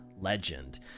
legend